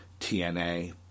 TNA